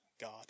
God